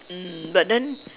mm but then